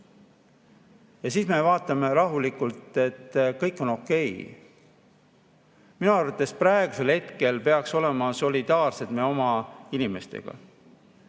Ja siis me vaatame rahulikult, et kõik on okei. Minu arvates praegusel hetkel peaks me olema solidaarsed oma inimestega.